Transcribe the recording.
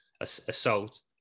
assault